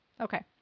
Okay